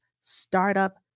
startup